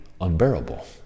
unbearable